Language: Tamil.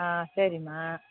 ஆ சரிம்மா